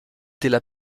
della